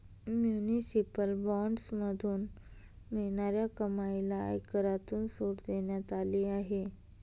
municipal बॉण्ड्समधून मिळणाऱ्या कमाईला आयकरातून सूट देण्यात आली आहे